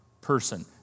person